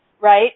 right